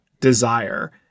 desire